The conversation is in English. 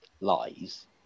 lies